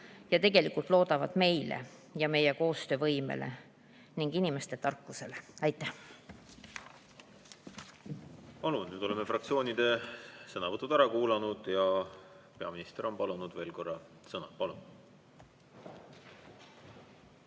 ja tegelikult loodavad meile ja meie koostöövõimele ning inimeste tarkusele. Aitäh! Nüüd oleme fraktsioonide sõnavõtud ära kuulanud. Peaminister on palunud veel korra sõna. Palun!